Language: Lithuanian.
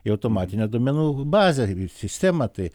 į automatinę duomenų bazę į sistemą tai